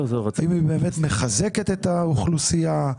האם היא באמת מחזקת את האוכלוסייה?